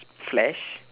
flash